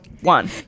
one